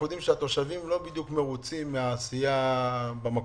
יודעים שהתושבים לא בדיוק מרוצים מן העשייה במקום.